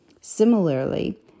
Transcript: Similarly